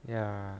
ya